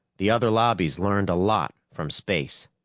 the other lobbies learned a lot from space.